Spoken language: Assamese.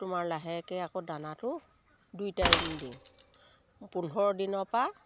তোমাৰ লাহেকে আকৌ দানাটো দুই টাইম দিওঁ পোন্ধৰ দিনৰ পৰা